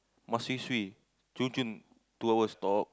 must swee-swee chun-chun two hours stop